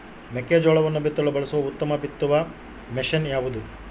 ಮೆಕ್ಕೆಜೋಳವನ್ನು ಬಿತ್ತಲು ಬಳಸುವ ಉತ್ತಮ ಬಿತ್ತುವ ಮಷೇನ್ ಯಾವುದು?